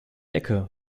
ecke